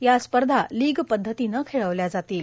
या स्पर्धा लिग पद्धतीनं खेळविल्या जातील